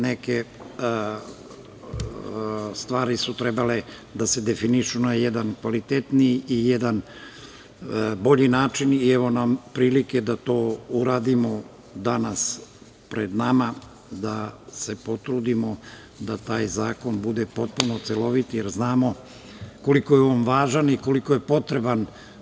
Neke stvari su trebale da se definišu na jedan kvalitetniji i jedan bolji način i evo nam prilike da to danas uradimo, da se potrudimo da taj zakon bude potpuno celovit, jer znamo koliko je važan i koliko je potreban.